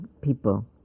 people